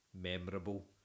memorable